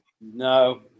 No